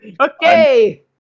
Okay